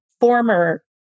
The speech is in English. former